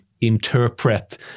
interpret